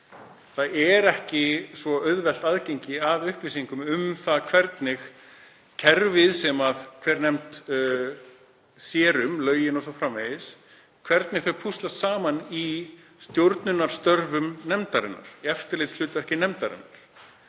Það er ekki svo auðvelt aðgengi að upplýsingum um það hvernig kerfið sem hver nefnd sér um, lögin o.s.frv., púslast saman í stjórnunarstörfum nefndarinnar, eftirlitshlutverki nefndarinnar.